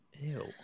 ew